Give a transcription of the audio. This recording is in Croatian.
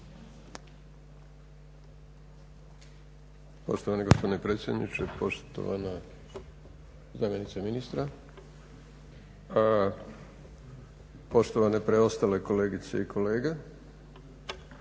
poštovane preostale kolegice i kolege.